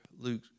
Luke